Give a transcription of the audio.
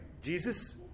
Jesus